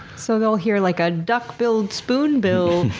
so they'll hear like a duck-billed spoonbill,